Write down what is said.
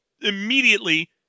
immediately